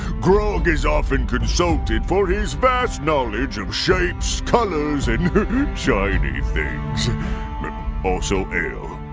grog is often consulted for his vast knowledge of shapes, colors, and shiny things also ale.